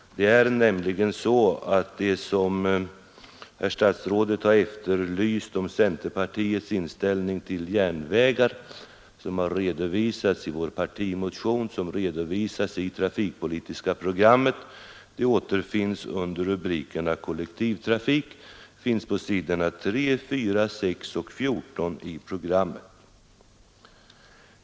Det är nämligen så att centerpartiets inställning till järnvägar, som statsrådet efterlyst, har redovisats i vår partimotion och i det trafikpolitiska programmet, och det återfinns under rubriken ”Kollektivtrafik” på s.3, 4, 6 och 14 i programmet.